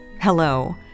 hello